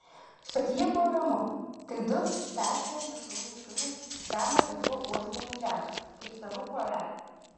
stotyje buvo ramu tik du perkarę mišrūnai šunys tipeno taku uostydami žemę kaip starų porelė